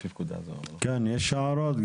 כן, יש הערות?